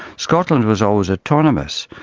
scotland was always autonomous,